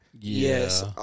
Yes